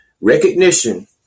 recognition